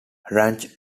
ranch